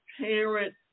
parent